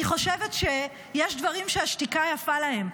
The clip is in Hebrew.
אני חושבת שיש דברים שהשתיקה יפה להם,